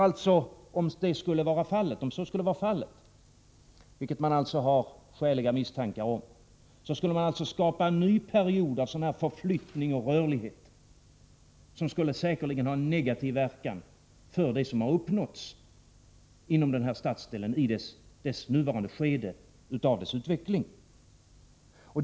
Om så skulle bli fallet, vilket man alltså har skäliga misstankar om, skulle det skapas en ny period av förflyttning och rörlighet, vilket säkerligen skulle få en negativ verkan på det som uppnåtts inom denna stadsdel i dess nuvarande utvecklingsskede.